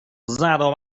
زدو